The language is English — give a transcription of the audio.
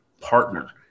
partner